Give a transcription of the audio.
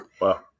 Wow